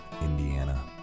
Indiana